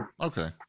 Okay